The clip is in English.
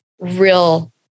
real